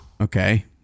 Okay